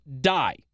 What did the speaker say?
die